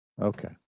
Okay